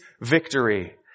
victory